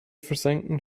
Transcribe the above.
versenken